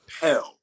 Hell